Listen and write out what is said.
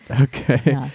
Okay